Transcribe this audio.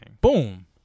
Boom